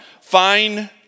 fine